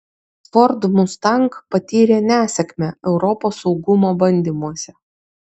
ford mustang patyrė nesėkmę europos saugumo bandymuose